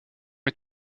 est